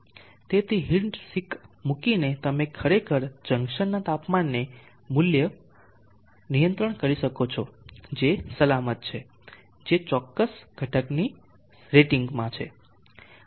તેથી heat sink મૂકીને તમે ખરેખર જંકશન તાપમાનને મૂલ્ય પર નિયંત્રણ કરી શકો છો જે સલામત છે જે ચોક્કસ ઘટકની રેટિંગ્સમાં છે